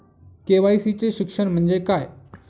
KYC चे शिक्षण म्हणजे काय?